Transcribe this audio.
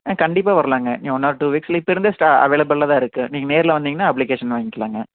ஆ கண்டிப்பாக வரலாங்க நீங்கள் ஒன் ஆர் டூ வீக்ஸில் இப்போ இருந்தே ஸ்டா அவைலபிலில் தான் இருக்கு நீங்கள் நேரில் வந்திங்கன்னா அப்ளிகேஷன் வாய்ங்க்கிலாங்க